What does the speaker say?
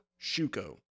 Shuko